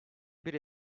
bir